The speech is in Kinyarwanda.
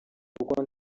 kuko